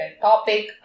topic